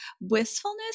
wistfulness